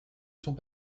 sont